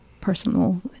personal